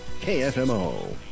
KFMO